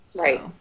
Right